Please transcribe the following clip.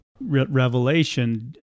revelation